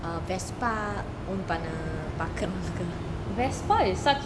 err vespa own பண்ண பாக்குறான்:panna paakuran